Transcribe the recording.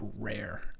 rare